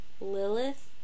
Lilith